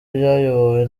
byayobowe